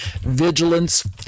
vigilance